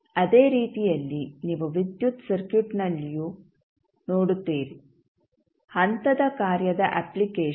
ಅದೇ ರೀತಿಯಲ್ಲಿ ನೀವು ವಿದ್ಯುತ್ ಸರ್ಕ್ಯೂಟ್ನಲ್ಲಿಯೂ ನೋಡುತ್ತೀರಿ ಹಂತದ ಕಾರ್ಯದ ಅಪ್ಲಿಕೇಶನ್